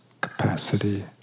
capacity